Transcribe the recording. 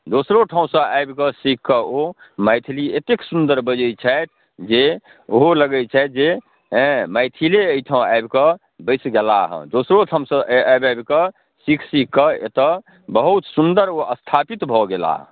दोसरो ठामसँ आबिकऽ सीखिकऽ ओ मैथिली एतेक सुन्दर बजै छथि जे ओहो लगै छथि जे अँए मैथिले एहिठाम आबिकऽ बैसि गेला हँ दोसरो ठामसँ आबि आबिकऽ सीखि सीखिकऽ एतऽ बहुत सुन्दर ओ स्थापित भऽ गेला हँ